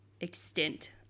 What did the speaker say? extent